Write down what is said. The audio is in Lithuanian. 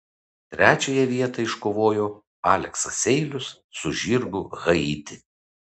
trečiąją vietą iškovojo aleksas seilius su žirgu haiti